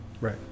Right